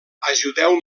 ajudeu